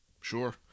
sure